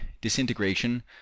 disintegration